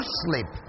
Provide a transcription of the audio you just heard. sleep